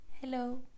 Hello